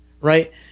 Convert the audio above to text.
Right